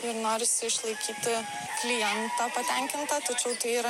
ir norisi išlaikyti klientą patenkinta tačiau tai yra